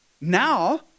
Now